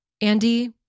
andy